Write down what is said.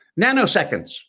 Nanoseconds